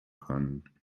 können